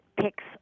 picks